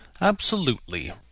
Absolutely